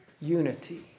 unity